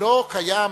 לא קיים